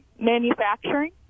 manufacturing